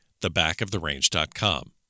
thebackoftherange.com